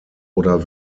oder